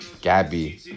Gabby